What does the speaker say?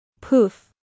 Poof